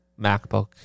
MacBook